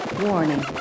warning